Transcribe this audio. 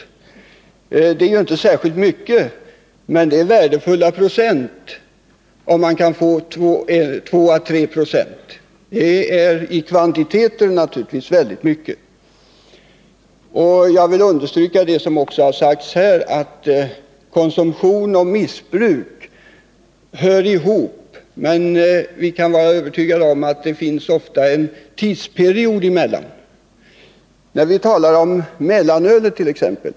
Visserligen blir det inte särskilt mycket, men om man kan få en minskning med 2 å 3 26, är det naturligtvis värdefulla procent, och i kvantitet är det väldigt mycket. Jag vill för det andra understryka — vilket också har sagts här — att konsumtion och missbruk hör ihop, även om vi kan vara övertygade om att det ofta finns en tidsperiod mellan vad som kallas konsumtion och vad som är missbruk. När vit.ex.